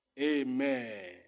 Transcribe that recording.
Amen